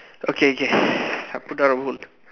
okay okay I put down the phone